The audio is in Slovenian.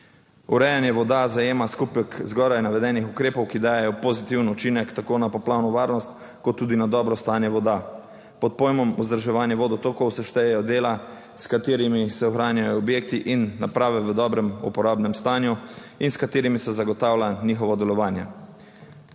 Urejanje voda zajema skupek zgoraj navedenih ukrepov, ki dajejo pozitiven učinek tako na poplavno varnost kot tudi na dobro stanje voda. Pod pojmom vzdrževanje vodotokov se štejejo dela, s katerimi se ohranjajo objekti in naprave v dobrem uporabnem stanju in s katerimi se zagotavlja njihovo delovanje.